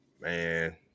man